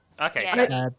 Okay